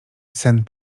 sen